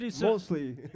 Mostly